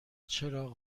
چراغ